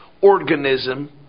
organism